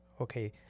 Okay